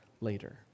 later